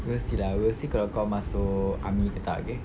we'll see lah we'll see kalau kau masuk army ke tak okay